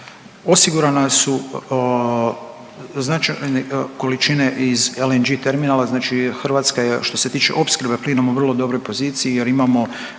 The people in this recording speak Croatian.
osigurana su značajne količine iz LNG terminala. Znači Hrvatska je što se tiče opskrbe plinom u vrlo dobroj poziciji, jer imamo